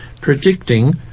predicting